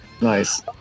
Nice